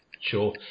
Sure